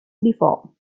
before